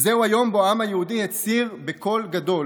זהו היום שבו העם היהודי הצהיר בקול גדול